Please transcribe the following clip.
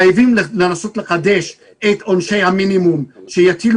חייבים לנסות לחדש את עונשי המינימום שיטילו